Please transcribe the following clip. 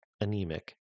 anemic